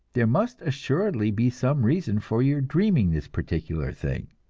there must assuredly be some reason for your dreaming this particular thing.